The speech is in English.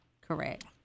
Correct